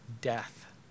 death